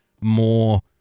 more